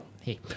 hey